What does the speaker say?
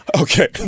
Okay